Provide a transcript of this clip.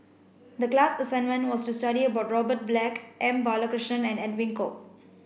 the class assignment was to study about Robert Black M Balakrishnan and Edwin Koek